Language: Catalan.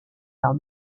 del